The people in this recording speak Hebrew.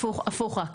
הפוך, הפוך.